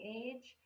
age